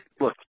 look